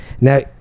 Now